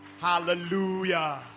Hallelujah